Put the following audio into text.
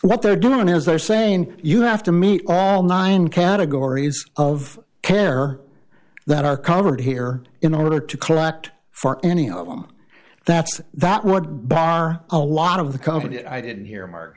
what they're doing is they're saying you have to meet all nine categories of care that are covered here in order to correct for any of them that's that would bar a lot of the company i didn't hear